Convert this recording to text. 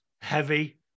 heavy